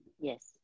Yes